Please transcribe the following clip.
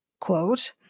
quote